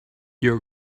your